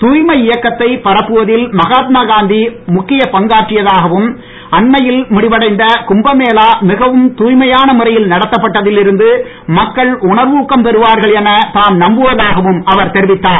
தூய்மை இயக்கத்தை பரப்புவதில் மகாத்மா காந்தி முக்கிய பங்கேற்றதாகவும் அண்மையில் முடிவடைந்த கும்பமேளா மிகவும் தூய்மையான முறையில் நடத்தப்பட்டதில் இருந்து மக்கள் உணர்வூக்கம் பெறுவார்கள் என தாம் நம்புவதாகவும் அவர் தெரிவித்தார்